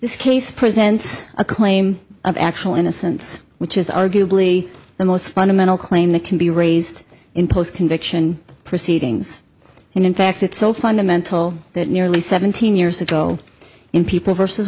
this case presents a claim of actual innocence which is arguably the most fundamental claim that can be raised in post conviction proceedings and in fact it's so fundamental that nearly seventeen years ago in people versus